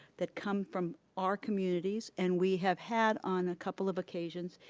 that come from our communities, and we have had, on a couple of occasions,